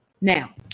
Now